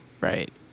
Right